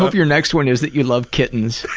ah your next one is that you love kittens.